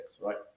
right